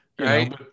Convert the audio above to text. right